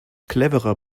cleverer